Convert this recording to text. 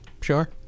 sure